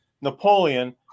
Napoleon